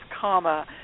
karma